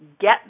Get